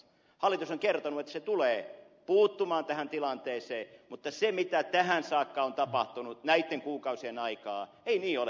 hallitus on kertonut että se tulee puuttumaan tähän tilanteeseen mutta siinä mitä tähän saakka on tapahtunut näitten kuukausien aikaan ei niin ole käynyt